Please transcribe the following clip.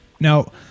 Now